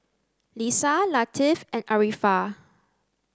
Lisa Latif and Arifa